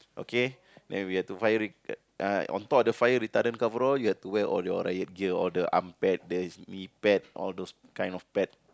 okay then we have to fire re~ uh on top of the fire retardant overall you have to wear all your riot gear all the arm pad the knee pad all those kind of pad